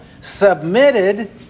submitted